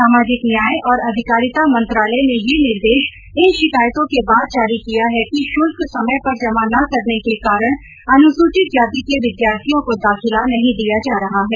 सामाजिक न्याय और अधिकारिता मंत्रालय ने यह निर्देश इन शिकायतों के बाद जारी किया है कि शुल्क समय पर जमा न करने के कारण अनुसूचित जाति के विद्यार्थियों को दाखिला नहीं दिया जा रहा है